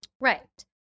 Right